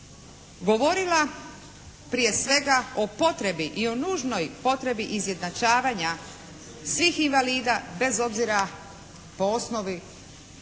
govorila prije svega o potrebi i o nužnoj potrebi izjednačavanja svih invalida bez obzira po osnovi